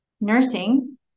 nursing